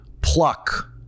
pluck